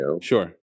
Sure